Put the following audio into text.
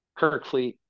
Kirkfleet